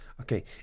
okay